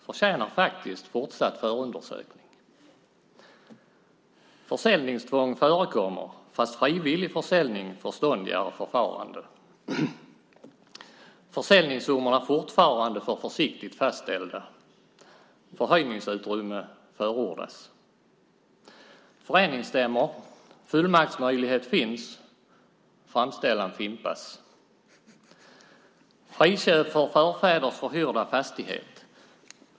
Förtjänar faktiskt fortsatt förundersökning. Försäljningstvång förekommer, fast frivillig försäljning förståndigare förfarande. Försäljningssummorna fortfarande för försiktigt fastställda. Förhöjningsutrymme förordas. Föreningsstämmor: Fullmaktsmöjlighet finns. Framställan fimpas. Friköp för förfäders förhyrda fastighet.